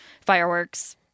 fireworks